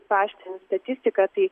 paaštrint statistiką tai